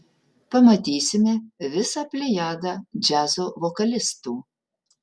pamatysime visą plejadą džiazo vokalistų